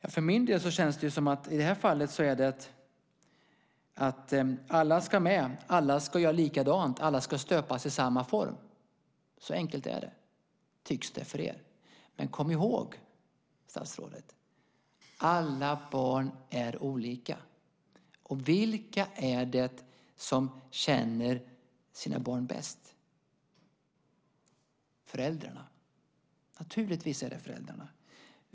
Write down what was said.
I det här fallet känns det som att ni menar: Alla ska med, alla ska göra likadant, alla ska stöpas i samma form - så enkelt är det! Så tycks det vara för er. Men kom ihåg, statsrådet: Alla barn är olika. Vilka är det som känner sina barn bäst? Naturligtvis är det föräldrarna.